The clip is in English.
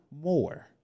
more